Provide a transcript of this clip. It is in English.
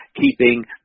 keeping